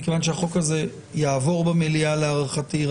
מכיוון שהחוק הזה יעבור במליאה להערכתי.